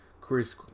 chris